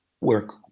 work